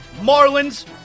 Marlins